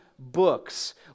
books